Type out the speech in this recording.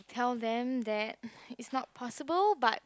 tell them that it's not possible but